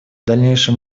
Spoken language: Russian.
дальнейшем